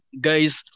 guys